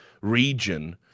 region